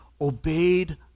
obeyed